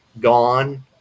gone